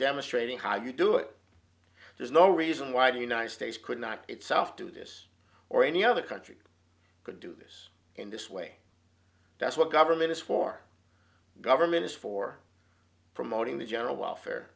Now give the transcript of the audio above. demonstrating how you do it there's no reason why the united states could not itself do this or any other country could do this in this way that's what government is for the government is for promoting the general welfare